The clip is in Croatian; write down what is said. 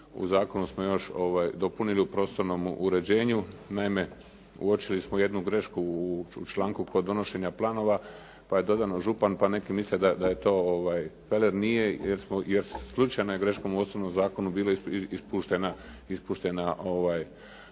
u zakonu smo još dopunili u prostornom uređenju. Naime, uočili smo jednu grešku u članku kod donošenja planova, pa je dodano "župan" pa neki misle da je to feler. Nije, jer slučajno je greškom u osnovnom zakonu bilo ispuštena